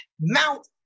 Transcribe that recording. Mount